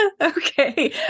okay